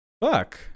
fuck